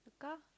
the car